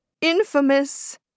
Infamous